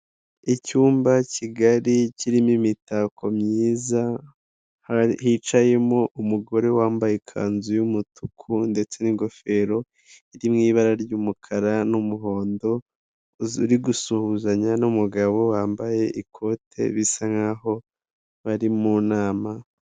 Icyumba kigari kirimo imitako myiza, hicayemo umugore wambaye ikanzu y'umutuku ndetse n'ingofero iri mu ibara ry'umukara n'umuhondo, uri gusuhuzanya n'umugabo wambaye ikote, bisa nk'aho bari mu nama.